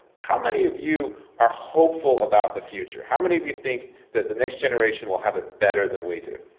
how many of you are hopeful about the future? how many of you think that the next generation will have it better than we do?